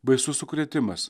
baisus sukrėtimas